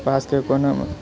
पासके कोनो